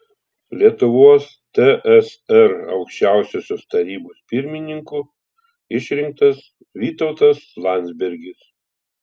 lietuvos tsr aukščiausiosios tarybos pirmininku išrinktas vytautas landsbergis